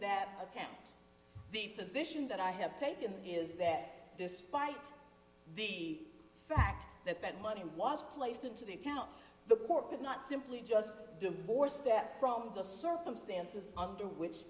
that account the position that i have taken is that despite the fact that that money was placed into the account the court did not simply just divorce that from the circumstances under which